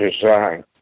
design